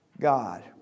God